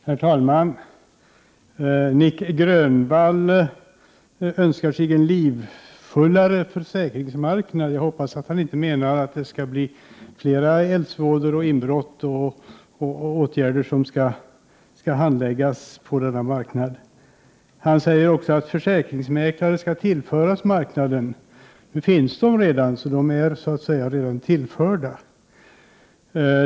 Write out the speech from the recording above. Herr talman! Nic Grönvall önskar sig en livfullare försäkringsmarknad. Jag hoppas att han inte menar att det skall bli fler eldsvådor, inbrott och annat som skall handläggas på denna marknad. Han säger att försäkringsmäklare skall tillföras marknaden. Nu finns de redan, de är så att säga tillförda.